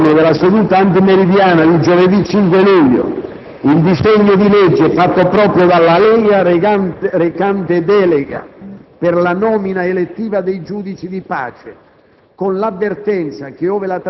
Rimane all'ordine del giorno della seduta antimeridiana di giovedì 5 luglio il disegno di legge, fatto proprio dalla Lega, recante delega per la nomina elettiva dei giudici di pace,